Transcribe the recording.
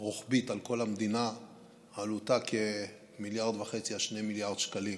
רוחבית על כל המדינה עלותה כ-1.5 2 מיליארד שקלים,